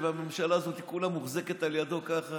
הממשלה הזאת כולה מוחזקת על ידיו ככה,